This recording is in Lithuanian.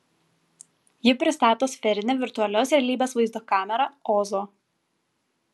ji pristato sferinę virtualios realybės vaizdo kamerą ozo